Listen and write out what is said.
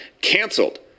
canceled